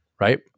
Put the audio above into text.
right